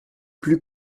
plus